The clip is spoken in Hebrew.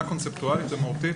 מבחינה קונספטואלית ומהותית.